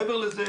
מעבר לזה,